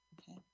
okay